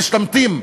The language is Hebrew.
משתמטים,